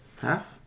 half